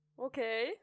Okay